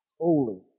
holy